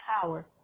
power